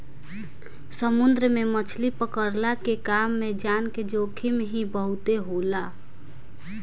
समुंदर में मछरी पकड़ला के काम में जान के जोखिम ही बहुते होला